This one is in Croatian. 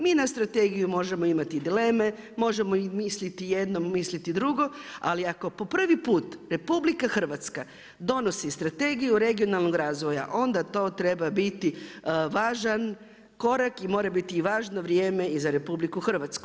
Mi na strategiju možemo imat dileme, možemo misliti jedno, misliti drugom, ali ako po prvi put RH donosi Strategiju regionalnog razvoja onda to treba biti važan korak i mora biti i važno vrijeme i za RH.